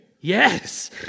Yes